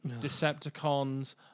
Decepticons